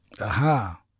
Aha